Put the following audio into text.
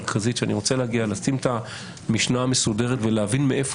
מרכזית שאני רוצה להגיע אליה ולשים את המשנה המסודרת ולהבין מהיכן